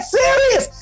serious